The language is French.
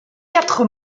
quatre